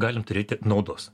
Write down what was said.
galim turėti naudos